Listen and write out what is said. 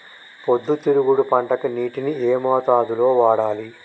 పొద్దుతిరుగుడు పంటకి నీటిని ఏ మోతాదు లో వాడాలి?